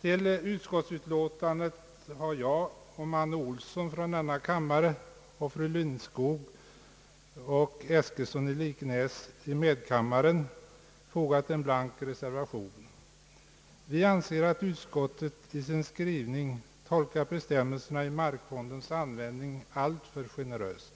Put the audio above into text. Till utskottsutlåtandet har jag och herr Manne Olsson i denna kammare samt fru Lindskog och herr Eskilsson i medkammaren fogat en blank reservation. Vi anser att utskottet i sin skrivning tolkat bestämmelserna för markfondens användning alltför generöst.